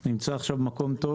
אני נמצא עכשיו במקום טוב,